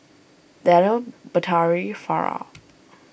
Danial Batari Farah